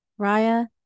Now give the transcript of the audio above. Raya